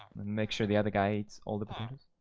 make sure the other guy eats all the parts